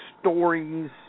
stories